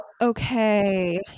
Okay